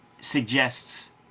suggests